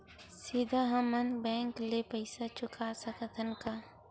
सीधा हम मन बैंक ले पईसा चुका सकत हन का?